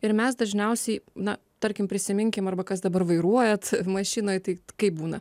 ir mes dažniausiai na tarkim prisiminkim arba kas dabar vairuojat mašinoj tai kaip būna